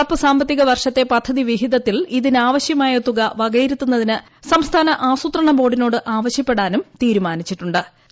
നടപ്പുസാമ്പത്തിക വർഷത്തെ പദ്ധതി വിഹിതത്തിൽ ഇതിനാവശ്യമായ തുക വകയിരുത്തുന്നതിന് സംസ്ഥാന ആസൂത്രണ ബോർഡിനോട് ആവശ്യപ്പെടാനും തീരുമാനിച്ചിട്ടുണ്